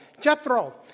Jethro